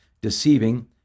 deceiving